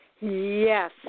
Yes